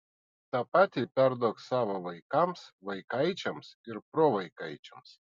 tą patį perduok savo vaikams vaikaičiams ir provaikaičiams